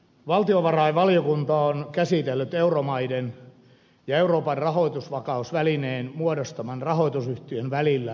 valtiovarainvaliokunta on käsitellyt euromaiden ja euroopan rahoitusvakausvälineen muodostaman rahoitusyhtiön välillä laaditun puitesopimuksen